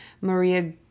Maria